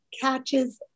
catches